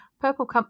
Purple